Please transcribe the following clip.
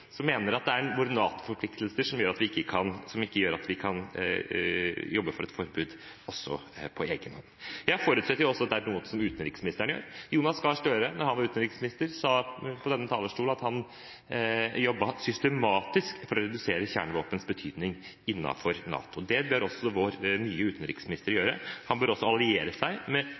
som mener at det er våre NATO-forpliktelser som gjør at vi ikke kan jobbe for et forbud også på egen hånd. Jeg forutsetter også at det er noe som utenriksministeren gjør. Jonas Gahr Støre, da han var utenriksminister, sa fra denne talerstolen at han jobbet systematisk for å redusere kjernevåpnenes betydning innenfor NATO. Det bør også vår nye utenriksminister gjøre, og han bør også alliere seg med